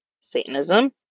Satanism